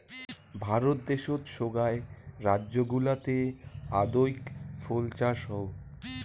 ভারত দ্যাশোত সোগায় রাজ্য গুলাতে আদৌক ফুল চাষ হউ